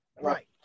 Right